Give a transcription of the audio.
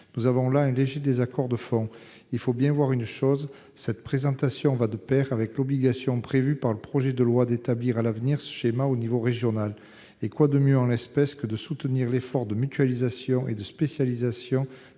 Nous avons à cet égard un léger désaccord de fond. Il faut bien se représenter que cette présentation va de pair avec l'obligation prévue par le projet de loi d'établir ce schéma au niveau régional. Quoi de mieux, en l'espèce, que de soutenir l'effort de mutualisation et de spécialisation